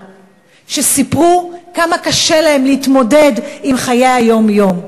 שסיפרו כמה קשה להם להתמודד עם חיי היום-יום.